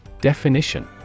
Definition